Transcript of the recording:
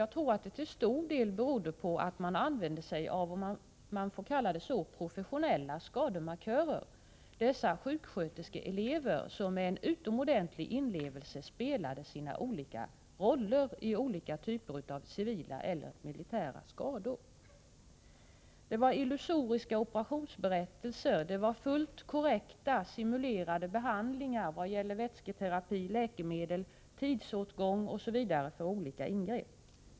Jag tror att det till stor del berodde på att man använde sig av, om man får kalla det så, professionella skademarkörer — sjuksköterskeelever som med en utomordentlig inlevelse spelade sina olika roller i olika typer av civila och militära skador. Det var illusoriska operationsberättelser, det var fullt korrekta, simulerade behandlingar när det gällde vätsketerapi, läkemedel, tidsåtgång osv. för olika ingrepp.